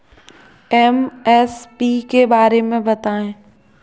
MSP के बारे में बतायें?